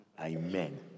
Amen